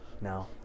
now